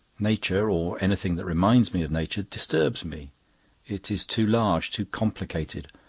nature, or anything that reminds me of nature, disturbs me it is too large, too complicated,